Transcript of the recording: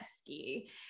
ski